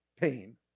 pain